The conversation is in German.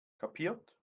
kapiert